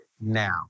now